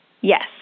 Yes